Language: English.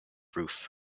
roof